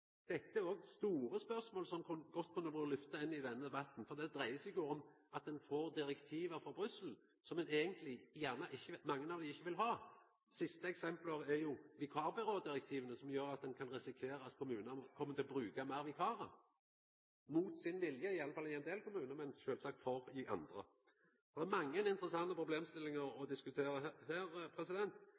Dette er òg store spørsmål, som godt kunne vore lyfta inn i denne debatten, for det dreier seg jo om at ein får direktiv frå Brussel, mange som ein kanskje ikkje vil ha. Siste eksempelet er jo vikarbyrådirektivet, som gjer at ein kan risikera at kommunanene kjem til å bruka fleire vikarar mot sin vilje, i alle fall i ein del kommunar, men ein er sjølvsagt for i andre. Det er mange interessante problemstillingar å diskutera